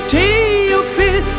Theophil